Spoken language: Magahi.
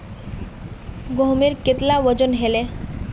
गहोमेर कतेला वजन हले